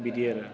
बिदि आरो